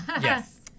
Yes